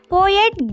Poet